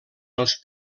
els